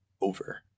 over